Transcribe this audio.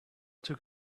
took